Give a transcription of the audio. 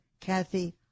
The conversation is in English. Kathy